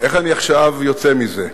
איך אני עכשיו יוצא מזה?